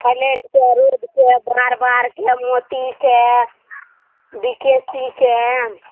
फलेटके रोडके बार बारके मोतीके बिकेशीके